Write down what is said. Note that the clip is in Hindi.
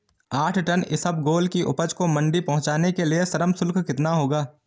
आठ टन इसबगोल की उपज को मंडी पहुंचाने के लिए श्रम शुल्क कितना होगा?